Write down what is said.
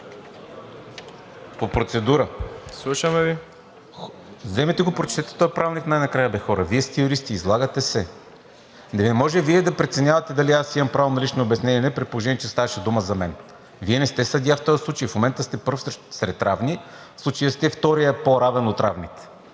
Ви. ТОШКО ЙОРДАНОВ: Вземете го прочете този правилник най-накрая, бе хора. Вие сте юристи, излагате се. Не може Вие да преценявате дали аз имам право на лично обяснение или не, при положение че ставаше дума за мен. Вие не сте съдия в този случай. В момента сте пръв сред равни, в случая сте вторият по-равен от равните.